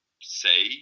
say